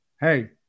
Hey